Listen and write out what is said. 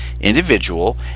individual